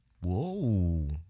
Whoa